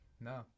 No